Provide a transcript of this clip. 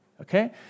Okay